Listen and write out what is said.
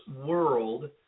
world